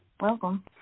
Welcome